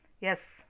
Yes